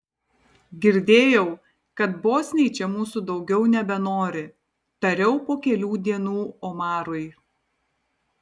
girdėjau kad bosniai čia mūsų daugiau nebenori tariau po kelių dienų omarui